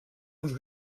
uns